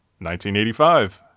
1985